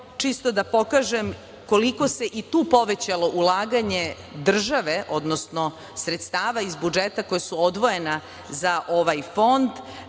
čisto da pokažem koliko se i tu povećalo ulaganje države, odnosno sredstava iz budžeta koja su odvojena za ovaj fond.